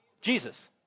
Jesus